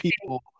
people